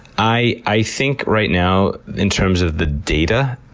i i think right now, in terms of the data,